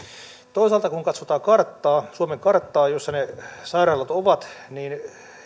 toisaalta kun katsotaan suomen karttaa jossa ne sairaalat ovat niin